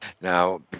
Now